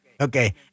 Okay